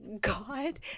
God